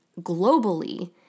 globally